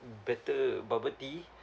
better bubble tea